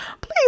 please